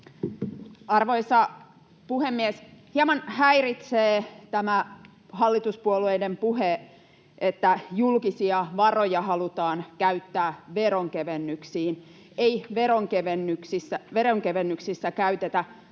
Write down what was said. Arvoisa puhemies! Hieman häiritsee tämä hallituspuolueiden puhe, että julkisia varoja halutaan käyttää veronkevennyksiin — ei veronkevennyksissä käytetä